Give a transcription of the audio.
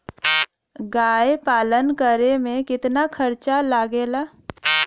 गाय पालन करे में कितना खर्चा लगेला?